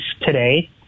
today